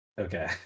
Okay